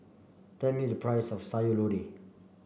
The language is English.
tell me the price of Sayur Lodeh